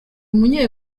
munye